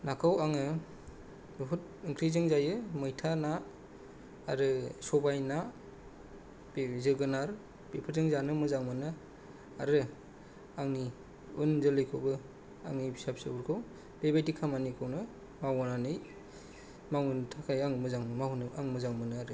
नाखौ आङो बहुत ओंख्रिजों जायो मैथा ना आरो सबाय ना जोगोनार बेफोरजों जानो मोजां मोनो आरो आंनि उन जोलैखौबो आंनि फिसा फिसौफोरखौ बेबायदि खामानिखौनो मावनानै मावनो थाखाय आं मोजाङै मावहोनो थाखाय आं मोजां मोनो आरो